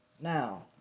Now